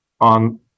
on